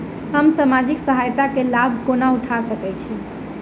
हम सामाजिक सहायता केँ लाभ कोना उठा सकै छी?